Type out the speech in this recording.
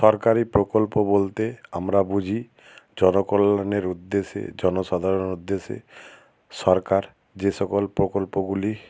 সরকারি প্রকল্প বলতে আমরা বুঝি জনকল্যাণের উদ্দেশ্যে জনসাধারণের উদ্দেশ্যে সরকার যে সকল প্রকল্পগুলি